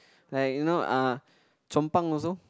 like you know uh Chong pang also